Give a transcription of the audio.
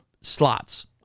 slots